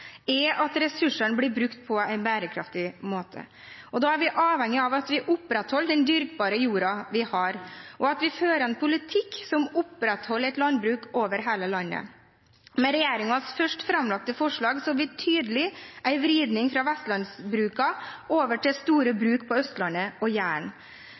er at ressursene blir brukt på en bærekraftig måte. Da er vi avhengige av at vi opprettholder den dyrkbare jorden vi har, og at vi fører en politikk som opprettholder et landbruk over hele landet. Med regjeringens først framlagte forslag så vi tydelig en vridning fra vestlandsbrukene over til store bruk på Østlandet og